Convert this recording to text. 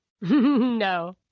No